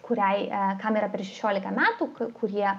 kuriai kam yra per šešiolika metų kurie